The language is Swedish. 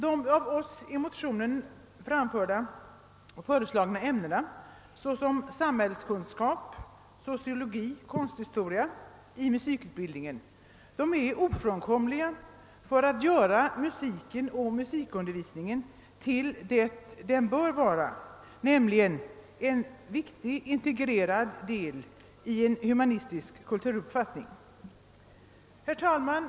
De av oss i vår motion föreslagna ämnena samhällskunskap, sociologi och konsthistoria i musikutbildningen är ofrånkomliga om vi skall kunna göra musiken och musikundervisningen till vad de bör vara, nämligen en viktig integrerad del i en humanistisk kulturuppfattning. Herr talman!